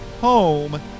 home